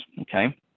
okay